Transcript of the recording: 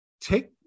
Take